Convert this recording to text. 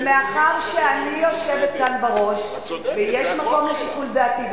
ומאחר שאני יושבת כאן בראש ויש מקום לשיקול דעתי,